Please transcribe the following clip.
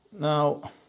Now